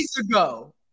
ago